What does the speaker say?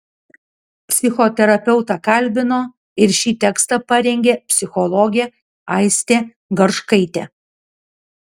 psichoterapeutą kalbino ir šį tekstą parengė psichologė aistė garškaitė